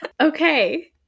Okay